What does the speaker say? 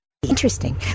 interesting